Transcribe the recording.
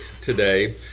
today